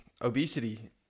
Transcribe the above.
obesity